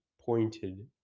pointed